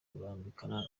rurambikana